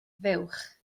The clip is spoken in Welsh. fuwch